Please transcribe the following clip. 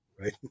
right